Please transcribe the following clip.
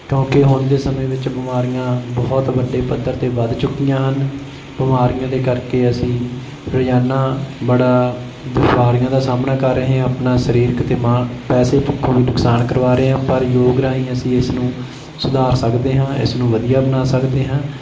ਕਿਉਂਕਿ ਹੁਣ ਦੇ ਸਮੇਂ ਵਿੱਚ ਬਿਮਾਰੀਆਂ ਬਹੁਤ ਵੱਡੇ ਪੱਧਰ 'ਤੇ ਵੱਧ ਚੁੱਕੀਆਂ ਹਨ ਬਿਮਾਰੀਆਂ ਦੇ ਕਰਕੇ ਅਸੀਂ ਰੋਜ਼ਾਨਾ ਬੜਾ ਬਿਮਾਰੀਆਂ ਦਾ ਸਾਹਮਣਾ ਕਰ ਰਹੇ ਹਾਂ ਆਪਣਾ ਸਰੀਰਕ ਅਤੇ ਮਾ ਪੈਸੇ ਪੱਖੋਂ ਵੀ ਨੁਕਸਾਨ ਕਰਵਾ ਰਹੇ ਹਾਂ ਪਰ ਯੋਗ ਰਾਹੀਂ ਅਸੀਂ ਇਸ ਨੂੰ ਸੁਧਾਰ ਸਕਦੇ ਹਾਂ ਇਸ ਨੂੰ ਵਧੀਆ ਬਣਾ ਸਕਦੇ ਹਾਂ